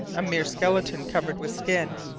a mere skeleton covered with skin.